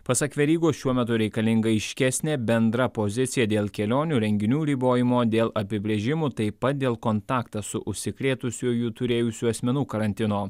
pasak verygos šiuo metu reikalinga aiškesnė bendra pozicija dėl kelionių renginių ribojimo dėl apibrėžimų taip pat dėl kontaktą su užsikrėtusiuoju turėjusių asmenų karantino